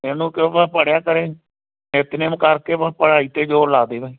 ਇਹਨੂੰ ਕਿਹੋ ਬਸ ਪੜ੍ਹਿਆ ਕਰੇ ਨਿਤਨੇਮ ਕਰਕੇ ਬਸ ਪੜ੍ਹਾਈ 'ਤੇ ਜ਼ੋਰ ਲਾ ਦੇਵੇ